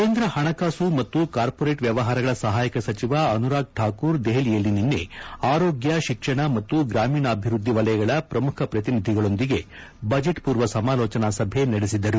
ಕೇಂದ ಹಣಕಾಸು ಮತ್ತು ಕಾರ್ಪೊರೇಟ್ ವ್ಯವಹಾರಗಳ ಸಹಾಯಕ ಸಚಿವ ಅನುರಾಗ್ ಠಾಕೂರ್ ದೆಹಲಿಯಲ್ಲಿ ನಿನ್ನೆ ಆರೋಗ್ಯ ಶಿಕ್ಷಣ ಮತ್ತು ಗ್ರಾಮೀಣಾಭಿವೃದ್ದಿ ವಲಯಗಳ ಪ್ರಮುಖ ಪ್ರತಿನಿಧಿಗಳೊಂದಿಗೆ ಬಜೆಟ್ ಪೂರ್ವ ಸಮಾಲೋಚನಾ ಸಭೆ ನಡೆಸಿದರು